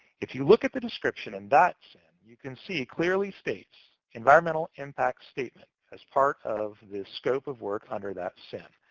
if you look at the description in that sin, you can see it clearly states environmental impact statement as part of the scope of work under that sin.